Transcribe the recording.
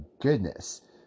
goodness